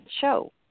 show